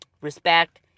Respect